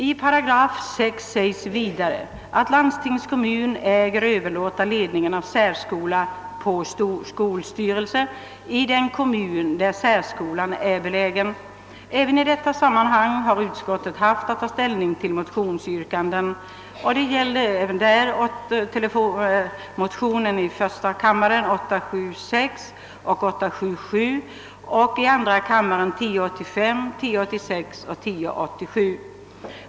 I 6 § sägs vidare: »Landstingskommun äger överlåta ledningen av särskola på skolstyrelsen i den kommun där särskolan är belägen.» Även i detta sammanhang har utskottet haft att ta ställning till motionsyrkanden. Det gäller på denna punkt motionerna I: 876, 1: 877, 1II1:1085, II:1086 och II:1087.